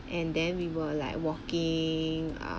and then we were like walking